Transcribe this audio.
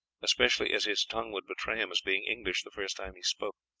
especially as his tongue would betray him as being english the first time he spoke.